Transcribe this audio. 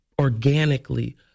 organically